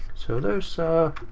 so those are